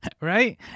right